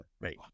Right